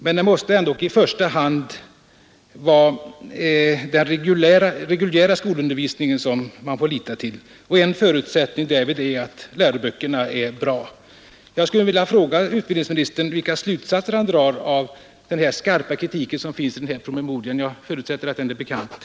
Men det måste ändå i första hand vara den reguljära skolundervisningen man får lita till, och en förutsättning därvid är att läroböckerna är bra. Jag skulle vilja fråga utbildningsministern vilka slutsatser han drar av den skarpa kritik som finns i den här promemorian, som jag förutsätter är bekant.